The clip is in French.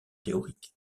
théoriques